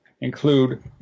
include